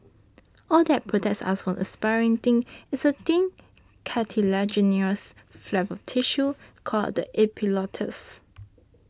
all that protects us from aspirating is a thin cartilaginous flap of tissue called the epiglottis